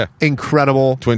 incredible